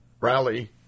rally